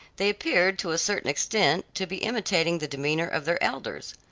they appeared to a certain extent to be imitating the demeanor of their elders.